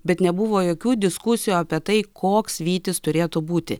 bet nebuvo jokių diskusijų apie tai koks vytis turėtų būti